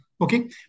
Okay